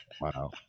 Wow